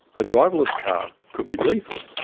a driverless car could be lethal.